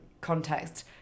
context